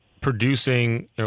producing